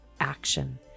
action